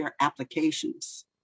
applications